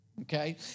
okay